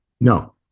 No